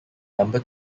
number